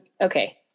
okay